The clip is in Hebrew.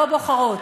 לא בוחרות.